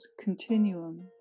continuum